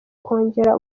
kongera